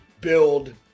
build